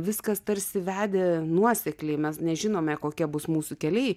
viskas tarsi vedė nuosekliai mes nežinome kokie bus mūsų keliai